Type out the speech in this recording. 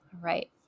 right